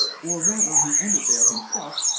or rather he entered there himself,